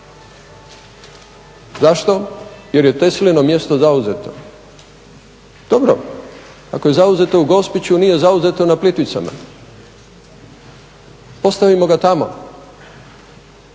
Zašto? Jer je Teslino mjesto zauzeto. Dobro, ako je zauzeto u Gospiću, nije zauzeto na Plitvicama, postavimo ga tamo.